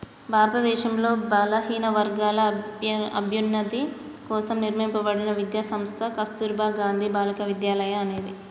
భారతదేశంలో బలహీనవర్గాల అభ్యున్నతి కోసం నిర్మింపబడిన విద్యా సంస్థ కస్తుర్బా గాంధీ బాలికా విద్యాలయ అనేది